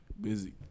Busy